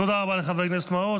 תודה רבה לחבר הכנסת מעוז.